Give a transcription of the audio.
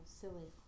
silly